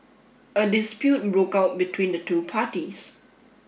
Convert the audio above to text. a dispute broke out between the two parties